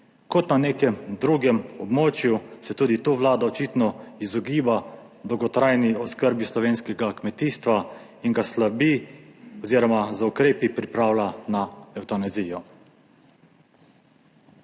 Kot na nekem drugem območju se tudi tu Vlada očitno izogiba dolgotrajni oskrbi slovenskega kmetijstva in ga slabi oziroma z ukrepi pripravlja na evtanazijo.